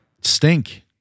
Stink